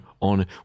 on